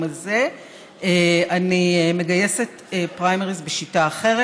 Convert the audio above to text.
הזה אני מגייסת פריימריז בשיטה אחרת: